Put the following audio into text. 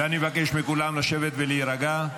אני מבקש מכולם לשבת ולהירגע.